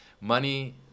money